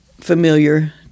familiar